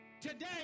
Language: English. Today